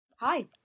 Hi